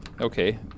Okay